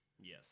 Yes